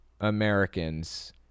Americans